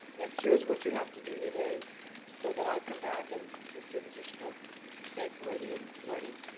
it's here's what you have to do today so that i come back and the students are still safe, ready and learning.